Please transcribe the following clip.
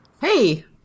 Hey